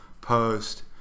Post